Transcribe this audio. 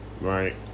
Right